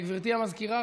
גברתי המזכירה,